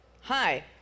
hi